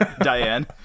diane